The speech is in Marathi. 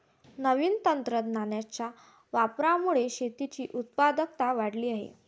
नवीन तंत्रज्ञानाच्या वापरामुळे शेतीची उत्पादकता वाढली आहे